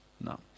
No